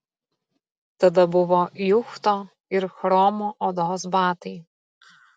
tada buvo juchto ir chromo odos batai